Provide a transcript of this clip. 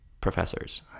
professors